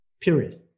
Period